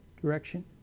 direction